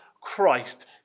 Christ